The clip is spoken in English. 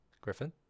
Griffin